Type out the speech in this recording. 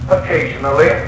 Occasionally